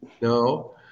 No